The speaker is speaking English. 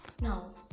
Now